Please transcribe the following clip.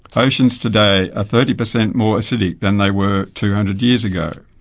oceans today are thirty percent more acidic than they were two hundred years ago.